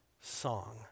song